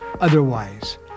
otherwise